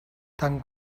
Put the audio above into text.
tant